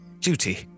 duty